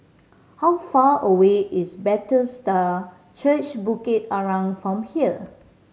how far away is Bethesda Church Bukit Arang from here